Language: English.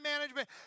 management